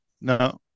No